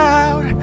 out